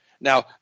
Now